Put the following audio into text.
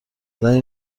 زنی